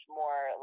more